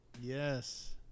Yes